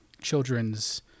children's